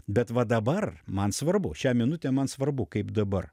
bet va dabar man svarbu šią minutę man svarbu kaip dabar